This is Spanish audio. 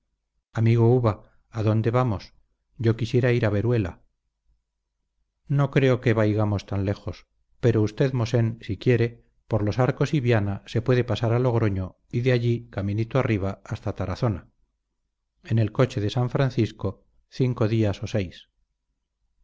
amigo uva a dónde vamos yo quisiera ir a veruela no creo que vaigamos tan lejos pero usted mosén si quiere por los arcos y viana se puede pasar a logroño y de allí caminito arriba hasta tarazona en el coche de san francisco cinco días o seis